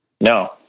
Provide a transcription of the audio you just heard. No